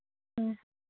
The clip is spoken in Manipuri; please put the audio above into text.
ꯎꯝ